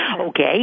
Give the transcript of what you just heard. okay